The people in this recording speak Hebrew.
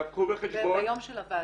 קחו בחשבון -- ביום של הוועדה?